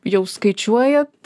jau skaičiuojat